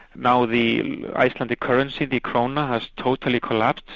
now the icelandic currency, the kronur has totally collapsed,